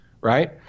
right